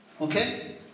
Okay